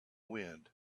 wind